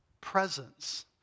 presence